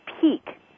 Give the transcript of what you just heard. peak